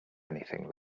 anything